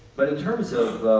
but in terms of